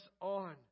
on